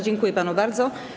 Dziękuję panu bardzo.